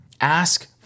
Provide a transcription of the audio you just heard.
Ask